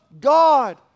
God